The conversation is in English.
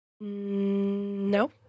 No